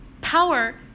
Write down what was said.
power